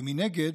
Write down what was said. ומנגד,